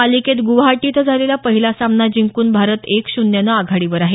मालिकेत ग्रवाहाटी इथं झालेला पहिला सामना जिंकून भारत एक शून्यनं आघाडीवर आहे